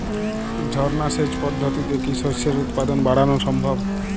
ঝর্না সেচ পদ্ধতিতে কি শস্যের উৎপাদন বাড়ানো সম্ভব?